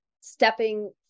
stepping